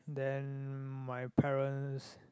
then my parents